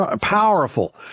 powerful